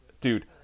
Dude